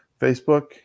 Facebook